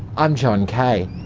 i'm john kaye,